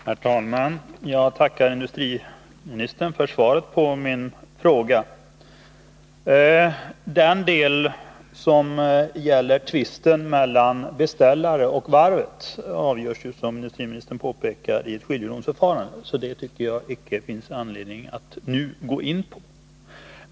Herr talman! Jag tackar industriministern för svaret på min fråga. Den del som gäller tvisten mellan beställare och varvet avgörs, som industriministern framhåller i svaret, genom skiljedomsförfarande, och det tycker jag inte att det finns anledning att nu gå in på.